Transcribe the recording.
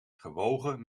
gewogen